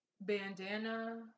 Bandana